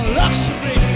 luxury